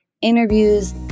interviews